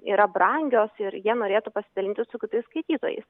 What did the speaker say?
yra brangios ir jie norėtų pasidalinti su kitais skaitytojais